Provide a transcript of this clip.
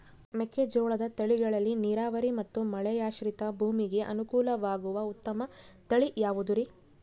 ಮೆಕ್ಕೆಜೋಳದ ತಳಿಗಳಲ್ಲಿ ನೇರಾವರಿ ಮತ್ತು ಮಳೆಯಾಶ್ರಿತ ಭೂಮಿಗೆ ಅನುಕೂಲವಾಗುವ ಉತ್ತಮ ತಳಿ ಯಾವುದುರಿ?